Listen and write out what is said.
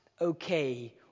okay